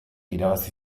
irabazi